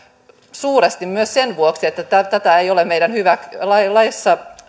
suuresti myös sen vuoksi että tätä ei ole meidän laissamme